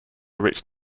reached